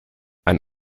ein